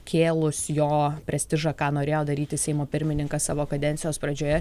kėlus jo prestižą ką norėjo daryti seimo pirmininkas savo kadencijos pradžioje